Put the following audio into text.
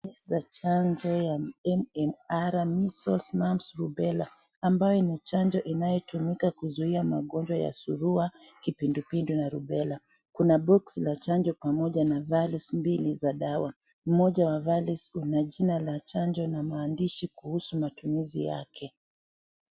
Chanjo ya MMR , Measles Mumps Rubella , ambayo ni chanjo inayotumika kuzuia magonjwa ya surua, kipindupindu na Rubella. Kuna box na chanjo pamoja na gari mbili za dawa . Moja wa Una jina la chanjo na maandishi kuhusu matumizi yake.